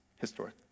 Historic